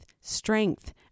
strength